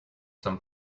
some